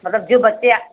मतलब जो बच्चे